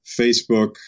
Facebook